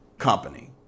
company